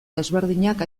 desberdinak